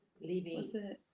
leaving